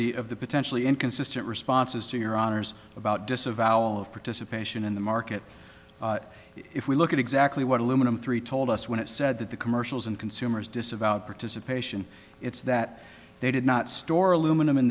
the of the potentially inconsistent responses to your honor's about disavowal of participation in the market if we look at exactly what aluminum three told us when it said that the commercials and consumers disavowed participation it's that they did not store aluminum